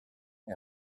est